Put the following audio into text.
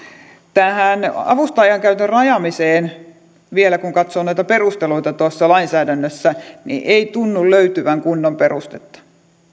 tähän avustajan käytön rajaamiseen vielä kun katsoo noita perusteluita tuossa lainsäädännössä niin ei tunnu löytyvän kunnon perustetta